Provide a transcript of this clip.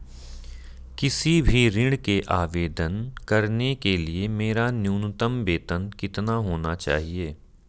किसी भी ऋण के आवेदन करने के लिए मेरा न्यूनतम वेतन कितना होना चाहिए?